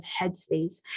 headspace